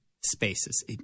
spaces